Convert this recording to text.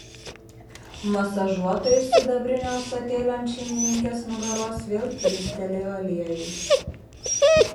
masažuotoja iš sidabrinio ąsotėlio ant šeimininkės nugaros vėl pilstelėjo aliejaus